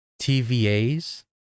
TVA's